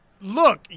look